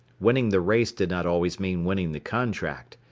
winning the race did not always mean winning the contract.